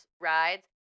rides